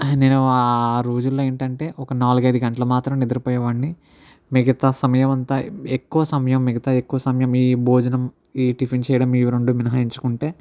నేను ఆ రోజుల్లో ఏంటి అంటే ఒక నాలుగైదు గంటలు మాత్రమే నిద్రపోయేవాడ్ని మిగతా సమయము అంతా ఎక్కువ సమయం మిగతా ఎక్కువ సమయం ఈ భోజనం ఈ టిఫిన్ చేయడం ఇవి రెండు మినహాయించుకుంటే